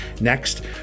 Next